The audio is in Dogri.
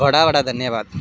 बड़ा बड़ा धन्नबाद